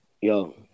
Yo